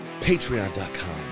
Patreon.com